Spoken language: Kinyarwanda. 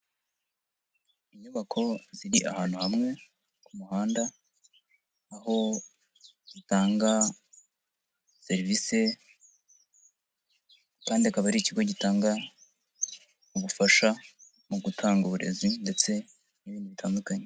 Inyubako ziri ahantu hamwe ku muhanda, aho zitanga serivisi kandi akaba ari ikigo gitanga ubufasha mu gutanga uburezi ndetse n'ibindi bitandukanye.